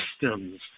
systems